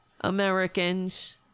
Americans